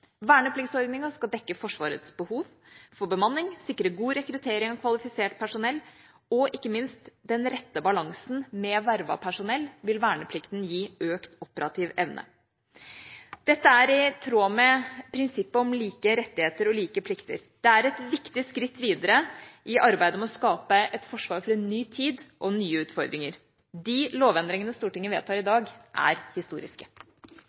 skal dekke Forsvarets behov for bemanning og sikre god rekruttering av kvalifisert personell. Og ikke minst: Med den rette balansen med vervet personell vil verneplikten gi økt operativ evne. Dette er i tråd med prinsippet om like rettigheter og like plikter. Det er et viktig skritt videre i arbeidet med å skape et forsvar for en ny tid og nye utfordringer. De lovendringene Stortinget vedtar i dag, er historiske.